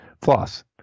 floss